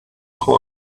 coins